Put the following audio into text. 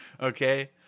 Okay